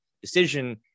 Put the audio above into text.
decision